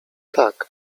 tak